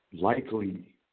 likely